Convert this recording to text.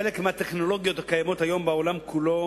חלק מהטכנולוגיות הקיימות היום בעולם כולו